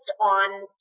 on